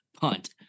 PUNT